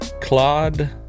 Claude